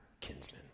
kinsman